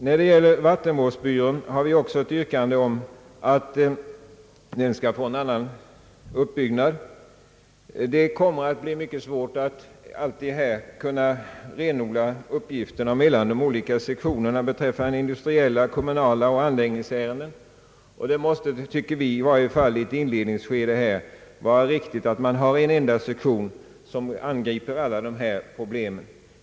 När det gäller vattenvårdsbyrån har vi också ett yrkande om att den skall få en annan uppbyggnad. Det kommer att bli mycket svårt att alltid kunna renodla uppgifterna mellan de olika sektionerna beträffande industriella, kommunala och anläggningsärenden och det måste, tycker vi, i varje fall i ett inledningsskede vara riktigt att man har en enda sektion, som angriper alla dessa problem.